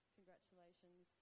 Congratulations